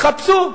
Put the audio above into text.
תחפשו.